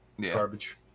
Garbage